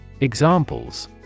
Examples